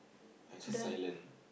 I just silent